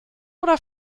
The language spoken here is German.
oder